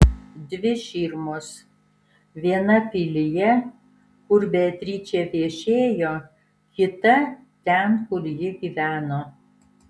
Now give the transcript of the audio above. dvi širmos viena pilyje kur beatričė viešėjo kita ten kur ji gyveno